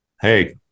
hey